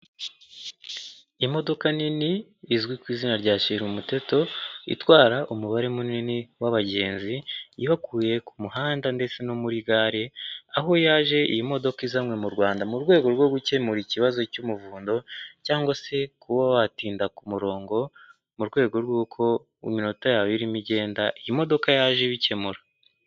Imodoka nini izwi ku izina rya shira umuteto itwara umubare munini w'abagenzi ibakuye ku muhanda ndetse no muri gare, aho yaje iyi modoka izanywe mu Rwanda mu rwego rwo gukemura ikibazo cy'umuvundo cyangwag se kuba watinda ku murongo, mu rwego rw'uko iminota yawe irimo igenda iyi modoka yaje ibikemura.